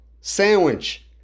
Sandwich